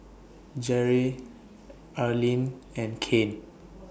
Jere Arleen and Kane